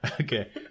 Okay